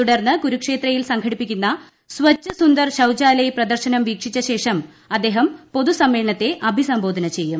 തുടർന്ന് കുരുക്ഷേത്രയിൽ സംഘടിപ്പിക്കുന്ന സ്വച്ഛ് സുന്ദർ ശൌചാലയ് പ്രദർശനം വീക്ഷിച്ചശേഷം അദ്ദേഹം പൊതുസമ്മേളനത്തെ അഭിസംബോധന ചെയ്യും